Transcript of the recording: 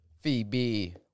Phoebe